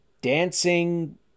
dancing